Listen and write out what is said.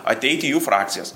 ateiti į jų frakcijas